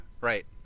Right